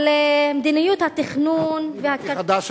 על מדיניות התכנון חדש,